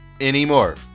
Anymore